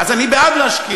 אז אני בעד להשקיע.